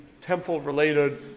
temple-related